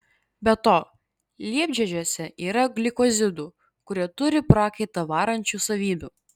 be to liepžiedžiuose yra glikozidų kurie turi prakaitą varančių savybių